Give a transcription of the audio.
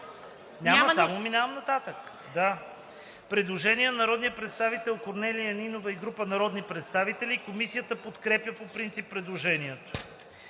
Преминавам нататък. Предложение на народния представител Корнелия Нинова и група народни представители. Комисията подкрепя по принцип предложението.